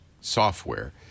software